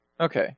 Okay